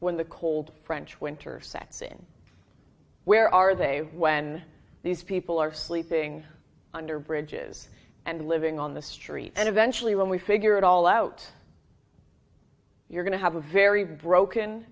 when the cold french winter sets in where are they when these people are sleeping under bridges and living on the street and eventually when we figure it all out you're going to have a very broken